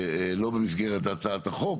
לא במסגרת הצעת החוק,